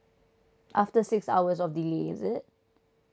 after six hours of delay is it